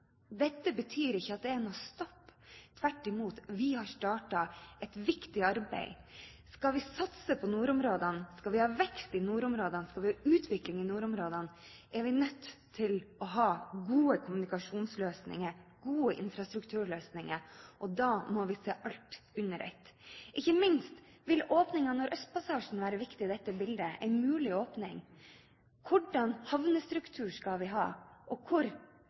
Dette betyr ikke at det er noen «stopp» – tvert imot, vi har startet et viktig arbeid. Skal vi satse på nordområdene, skal vi ha vekst i nordområdene, skal vi ha utvikling i nordområdene, er vi nødt til å ha gode kommunikasjonsløsninger og gode infrastrukturløsninger, og da må vi se alt under ett. Ikke minst vil en mulig åpning av Nordøstpassasjen være viktig i dette bildet. Hva slags havnestruktur skal vi ha? Og